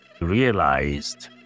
realized